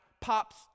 pops